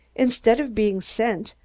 instead of being sent,